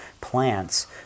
plants